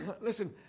listen